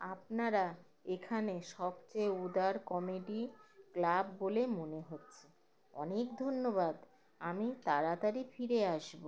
আপনারা এখানে সবচেয়ে উদার কমেডি ক্লাব বলে মনে হচ্ছে অনেক ধন্যবাদ আমি তাড়াতাড়ি ফিরে আসব